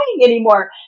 anymore